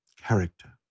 character